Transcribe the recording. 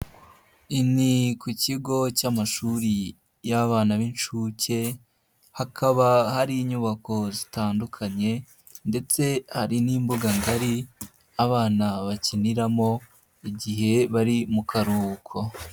Inyi ku kigo cy'amashuri y'abana b'inshuke, hakaba hari inyubako zitandukanye ndetse hari n'imbuga ngari abana bakiniramo igihe bari mu karuhuko.